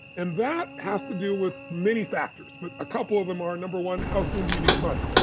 and that has to do with many factors, but a couple of them are number one, how soon do you need money?